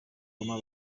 goma